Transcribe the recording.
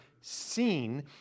seen